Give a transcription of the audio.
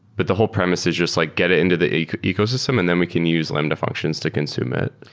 but the whole premise is just like get it into the ecosystem and then we can use lambda functions to consume it.